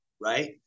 Right